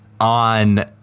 on